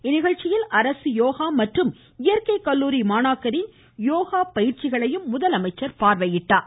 இந்நிகழ்ச்சியில் அரசு யோகா மற்றும் இயற்கை கல்லூரி மாணாக்கரின் யோகா பயிற்சிகளையும் முதலமைச்சர் பார்வையிட்டார்